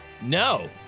No